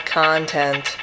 content